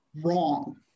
wrong